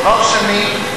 דבר שני,